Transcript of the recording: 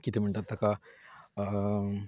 कितें म्हणटात ताका